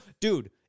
dude